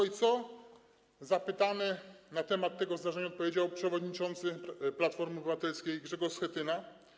I co zapytany na temat tego zdarzenia odpowiedział przewodniczący Platformy Obywatelskiej Grzegorz Schetyna?